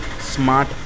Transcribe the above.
smart